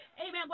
Amen